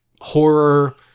horror